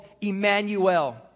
Emmanuel